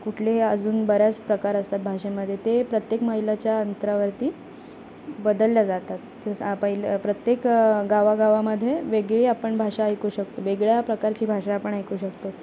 कुठले अजून बऱ्याच प्रकार असतात भाषेमध्ये ते प्रत्येक मैलाच्या अंतरावरती बदलल्या जातात जसं आ पहिलं प्रत्येक गावागावामध्ये वेगळी आपण भाषा ऐकू शकतो वेगळ्या प्रकारची भाषा आपण ऐकू शकतो